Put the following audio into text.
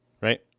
right